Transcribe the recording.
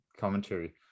Commentary